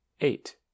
eight